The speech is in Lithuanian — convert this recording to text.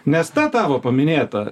nes ta tavo paminėta